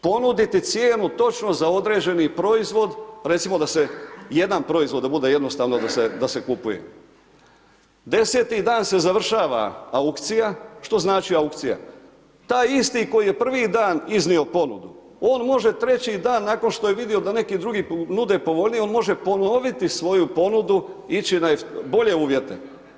Ponuditi cijenu točno za određeni proizvod, recimo da se jedan proizvod da bude jednostavno, da se kupuje, 10 dan se završava aukcija, što znači aukcija, taj isti koji je prvi dan iznio ponudu on može treći dan nakon što je vido da neki drugi nude povoljnije, on može ponoviti svoju ponudu, ići na bolje uvjete.